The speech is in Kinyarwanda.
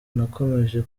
nakomeje